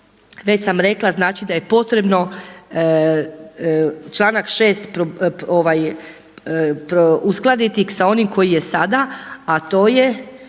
već sam rekla, znači da je potrebno članak 6. uskladiti sa onim koji je sada, a to je